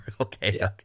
Okay